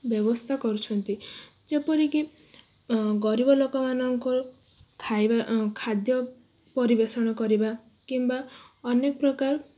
ବ୍ୟବସ୍ଥା କରୁଛନ୍ତି ଯେପରିକି ଗରିବ ଲୋକମାନଙ୍କୁ ଖାଇବା ଖାଦ୍ୟ ପରିବେଷଣ କରିବା କିମ୍ବା ଅନେକ ପ୍ରକାର